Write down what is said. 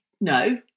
no